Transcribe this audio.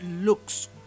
looks